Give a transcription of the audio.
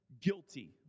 guilty